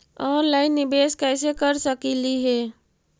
Online निबेस कैसे कर सकली हे?